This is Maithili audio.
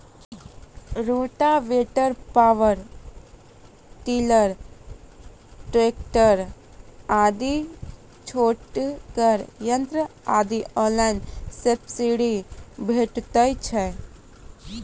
रोटावेटर, पावर टिलर, ट्रेकटर आदि छोटगर यंत्र पर ऑनलाइन सब्सिडी भेटैत छै?